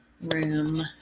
Room